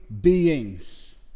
beings